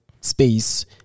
space